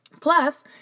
Plus